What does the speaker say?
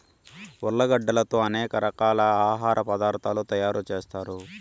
ఉర్లగడ్డలతో అనేక రకాల ఆహార పదార్థాలు తయారు చేత్తారు